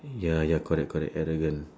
ya ya correct correct arrogant